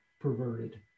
perverted